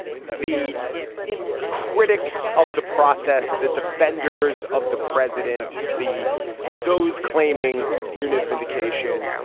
the critics of the process, the defenders of the president, the those claiming noonan's vindication.